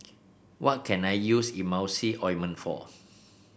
what can I use Emulsying Ointment for